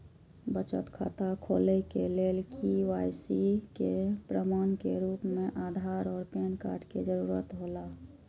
बचत खाता खोले के लेल के.वाइ.सी के प्रमाण के रूप में आधार और पैन कार्ड के जरूरत हौला